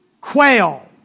Quail